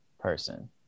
person